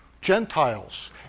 Gentiles